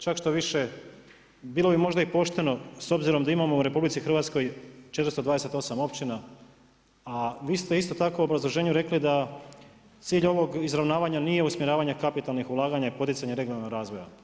Čak štoviše bilo bi možda i pošteno s obzirom da imamo u RH 428 općina, a vi ste isto tako u obrazloženju rekli da cilj ovog izravnavanja nije usmjeravanje kapitalnih ulaganja i poticanje regionalnog razvoja.